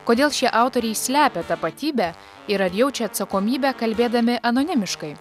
kodėl šie autoriai slepia tapatybę ir ar jaučia atsakomybę kalbėdami anonimiškai